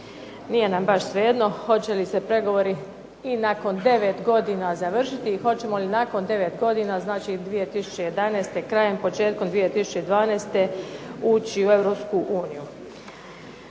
Nije nam baš svejedno hoće li se pregovori i nakon 9 godina završiti i hoćemo li nakon 9 godina, znači 2011., krajem, početkom 2012. ući u